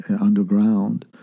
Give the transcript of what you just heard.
underground